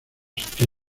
este